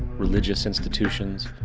religious institutions.